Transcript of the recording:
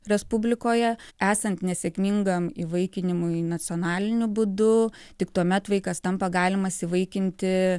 respublikoje esant nesėkmingam įvaikinimui nacionaliniu būdu tik tuomet vaikas tampa galimas įvaikinti